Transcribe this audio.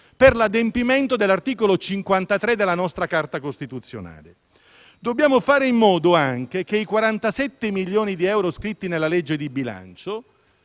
per l'adempimento dell'articolo 53 della nostra Carta costituzionale. Dobbiamo fare in modo anche che i 47 milioni di euro scritti nella legge di bilancio